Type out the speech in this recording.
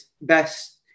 best